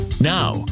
Now